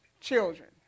children